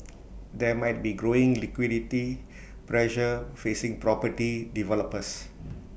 there might be growing liquidity pressure facing property developers